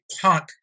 punk